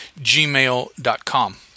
gmail.com